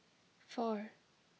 four